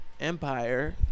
Empire